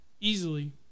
easily